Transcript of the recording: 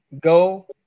go